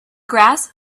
grass